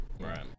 Right